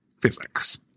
physics